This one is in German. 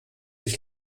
sich